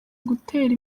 gutera